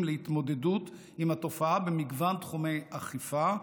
להתמודדות עם התופעה במגוון תחומי אכיפה,